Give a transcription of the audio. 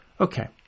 Okay